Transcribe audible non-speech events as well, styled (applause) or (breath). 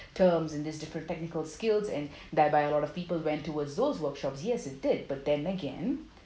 terms in these different technical skills and (breath) thereby a lot of people went towards those workshops yes it did but then again